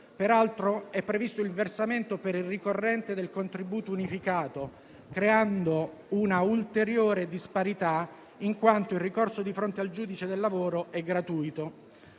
Peraltro, è previsto il versamento per il ricorrente del contributo unificato, creando un'ulteriore disparità, in quanto il ricorso di fronte al giudice del lavoro è gratuito.